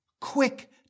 quick